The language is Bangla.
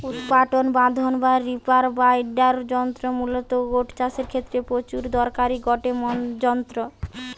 উৎপাটন বাঁধন বা রিপার বাইন্ডার যন্ত্র মূলতঃ ওট চাষের ক্ষেত্রে প্রচুর দরকারি গটে যন্ত্র